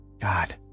God